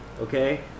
Okay